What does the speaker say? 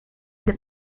the